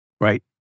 Right